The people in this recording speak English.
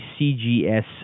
CGS